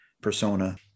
persona